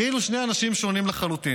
כאילו שני אנשים לחלוטין.